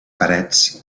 parets